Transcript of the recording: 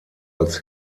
als